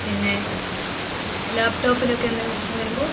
പിന്നെ ലാപ്ടോപ്പിലൊക്കെ എന്തെങ്കിൽ പ്രശ്നം വരുമ്പോൾ